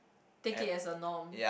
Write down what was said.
take it as a norm